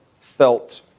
felt